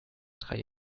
drei